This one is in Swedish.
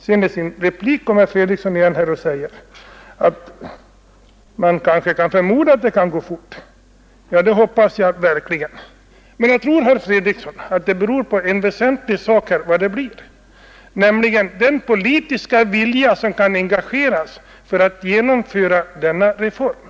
Men i sin replik kom herr Fredriksson igen och sade att man kan förmoda att det går fort. Ja, det hoppas jag verkligen. Men jag tror, herr Fredriksson, att vad det blir beror på en väsentlig sak, nämligen den politiska vilja som kan engageras för att genomföra denna reform.